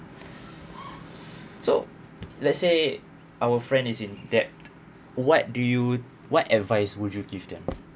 so let's say our friend is in debt what do you what advice would you give them